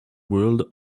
world